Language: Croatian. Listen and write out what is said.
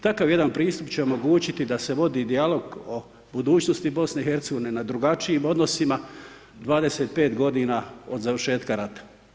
Takav jedan pristup će omogućiti da se vodi dijalog o budućnosti BiH na drugačijim odnosima, 25 godina od završetka rata.